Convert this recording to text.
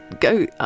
go